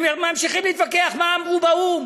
ממשיכים להתווכח מה אמרו באו"ם.